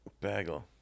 Bagel